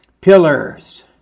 pillars